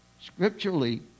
Scripturally